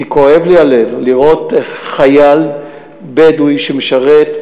כי כואב לי הלב לראות איך חייל בדואי שמשרת,